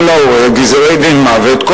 כל חודש להורג אנשים בגזרי-דין מוות.